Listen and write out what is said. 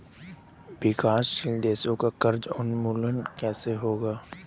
विकासशील देशों का कर्ज उन्मूलन कैसे होगा?